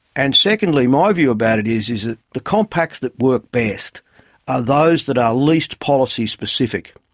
and secondly, my view about it is is that the compacts that worked best are those that are least policy specific.